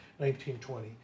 1920